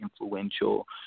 influential